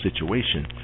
situation